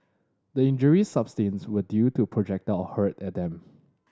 the injuries sustained were due to projectile hurled at them